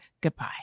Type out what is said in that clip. Goodbye